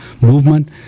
movement